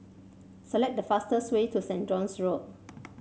select the fastest way to Saint John's Road